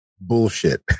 Bullshit